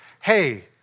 Hey